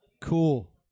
Cool